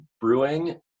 brewing